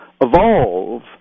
evolve